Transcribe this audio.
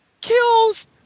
kills